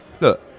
look